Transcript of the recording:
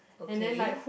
okay